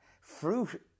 Fruit